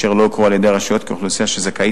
אשר לא הוכרו על-ידי הרשויות כאוכלוסייה שזכאית